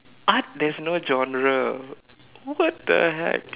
art there's no genre what the heck